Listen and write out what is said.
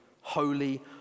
Holy